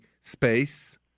space